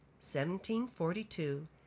1742